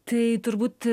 tai turbūt